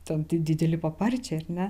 ten tie dideli paparčiai ar ne